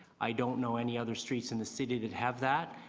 i don't know any other streets in the city that have that.